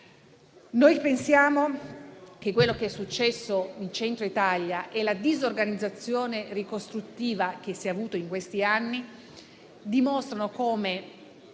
Noi pensiamo che quello che è successo in Centro Italia e la disorganizzazione ricostruttiva che si è avuta in questi anni dimostrano come